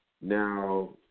Now